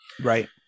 right